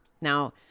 Now